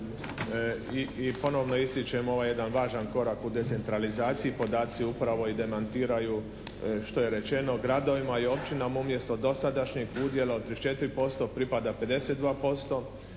i ponovno ističem ovaj jedan važan korak u decentralizaciji. Podaci upravo i demantiraju što je rečeno. Gradovima i općinama umjesto dosadašnjih udjela od 34% pripada 52%.